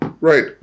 Right